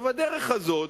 הדרך הזאת,